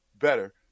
better